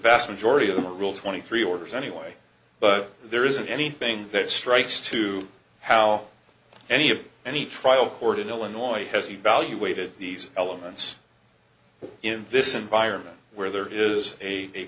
vast majority of them rule twenty three orders anyway but there isn't anything that strikes to how any of any trial court in illinois has evaluated these elements in this environment where there is a